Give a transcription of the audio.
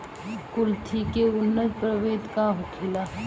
कुलथी के उन्नत प्रभेद का होखेला?